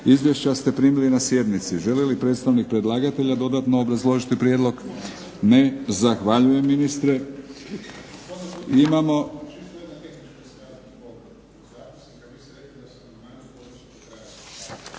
Izvješća ste primili na sjednici. Želi li predstavnik predlagatelja dodatno obrazložiti prijedlog? Ne. Zahvaljujem ministre. …